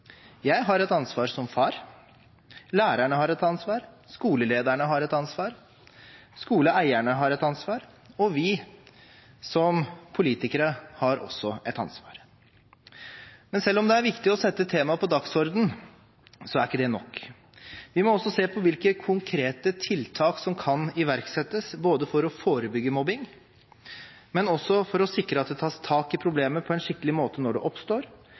skolelederne har et ansvar, skoleeierne har et ansvar, og vi som politikere har også et ansvar. Men selv om det er viktig å sette temaet på dagsordenen, er ikke det nok. Vi må også se på hvilke konkrete tiltak som kan iverksettes, både for å forebygge mobbing og for å sikre at det tas tak i problemet på en skikkelig måte når det oppstår,